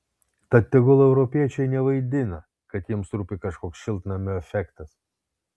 tad tegul europiečiai nevaidina kad jiems rūpi kažkoks šiltnamio efektas